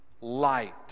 light